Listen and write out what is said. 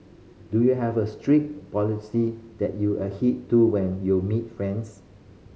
do you have a strict policy that you adhere to when you are meet fans